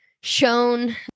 shown